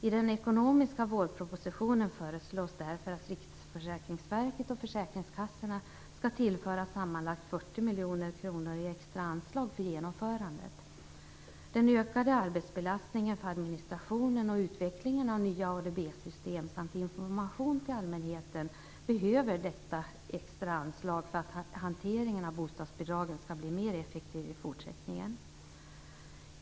I den ekonomiska vårpropositionen föreslås därför att Riksförsäkringsverket och försäkringskassorna skall tillföras sammanlagt 40 miljoner kronor i extra anslag för genomförandet. Den ökade arbetsbelastningen för administrationen och utvecklingen av nya ADB-system samt information till allmänheten behöver detta extra anslag för att hanteringen av bostadsbidragen skall bli effektivare i fortsättningen.